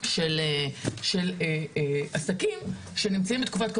של עסקים שנמצאים בתקופת קורונה.